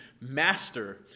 Master